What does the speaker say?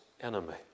enemy